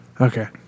okay